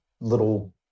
little